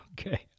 Okay